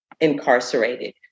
incarcerated